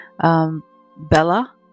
Bella